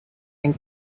anh